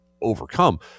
overcome